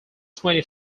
twenty